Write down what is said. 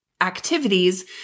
activities